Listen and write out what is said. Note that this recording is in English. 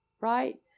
Right